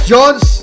Jones